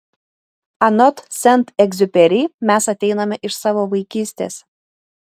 anot sent egziuperi mes ateiname iš savo vaikystės